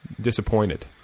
disappointed